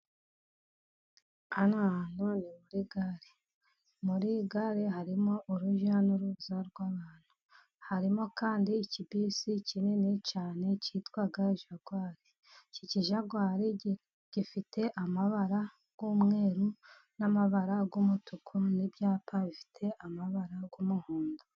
Hano hantu ni muri gare, muri gare harimo urujya n'uruza rw'abantu, harimo kandi ikibisi kinini cyane cyitwa jagwari, iki kijagwari gifite amabara y'umweru n'amabara y'umutuku, n'ibyapa bifite amabara y'umuhondo.